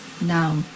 Now